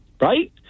right